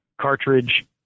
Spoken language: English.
cartridge